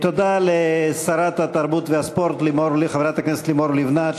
תודה לשרת התרבות והספורט חברת הכנסת לימור לבנת,